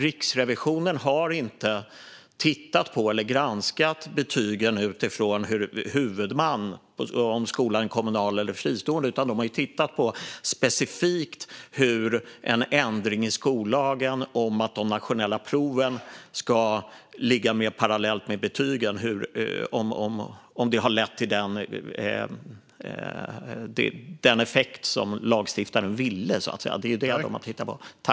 Riksrevisionen har inte granskat betygen utifrån huvudman, om skolan är kommunal eller fristående, utan de har specifikt tittat på om en ändring i skollagen om att de nationella proven ska ligga mer parallellt med betygen har lett till den effekt som lagstiftaren ville ha.